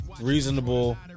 reasonable